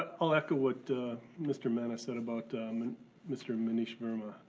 i'll echo what mr. mena said about um and mr. monish verma.